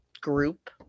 group